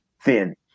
thin